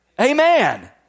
amen